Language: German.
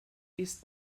ist